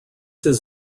his